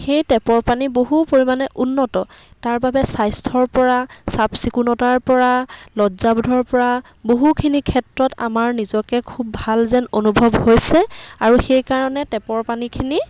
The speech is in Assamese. সেই টেপৰ পানী বহু পৰিমাণে উন্নত তাৰ বাবে স্বাস্থ্যৰ পৰা চাফ চিকুণতাৰ পৰা লজ্জাবোধৰ পৰা বহুখিনিৰ ক্ষেত্ৰত আমাৰ নিজকে খুব ভাল যেন অনুভৱ হৈছে আৰু সেই কাৰণে টেপৰ পানীখিনি